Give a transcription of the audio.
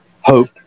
hope